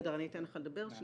אתן לך לדבר.